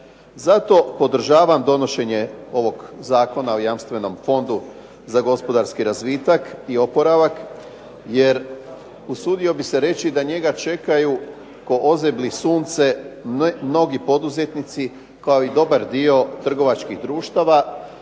Zato podržavam donošenje ovog Zakona o jamstvenom Fondu za gospodarski razvitak i oporavak jer usudio bih se reći da njega čekaju ko ozebli sunce mnogi poduzetnici kao i dobar dio trgovačkih društava